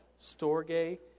Storge